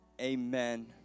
amen